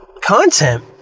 content